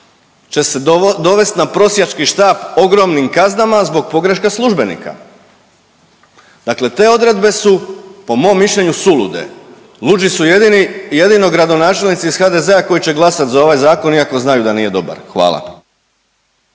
će se dovest na prosjački štap ogromnim kaznama zbog pogreške službenika, dakle te odredbe su po mom mišljenju sulude, luđi su jedini, jedino gradonačelnici iz HDZ-a koji će glasat za ovaj zakon iako znaju da nije dobar, hvala.